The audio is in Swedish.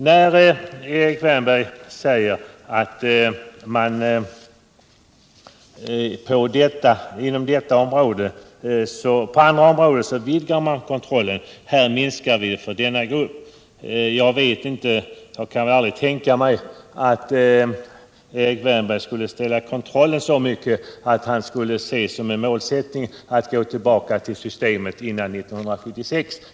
När Erik Wärnberg säger att man inom andra områden vidgar kontrollen, så minskar man den ju här för denna grupp. Jag kan aldrig tänka mig att Erik Wiärnberg skulle sätta värdet av kontrollen så högt, att han skulle se det som en målsättning att gå tillbaka till systemet före 1976.